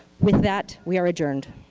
with that, we are adjourned.